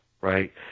right